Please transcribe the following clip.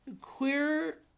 Queer